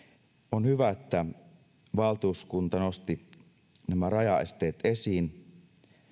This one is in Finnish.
on hyvä että valtuuskunta nosti nämä rajaesteet esiin